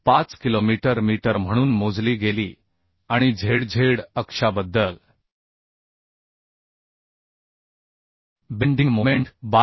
75 kilometre metre म्हणून मोजली गेली आणि zzअक्षाबद्दल बेन्डिंग मोमेंट 12